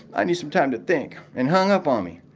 i need some time to think, and hung up on me.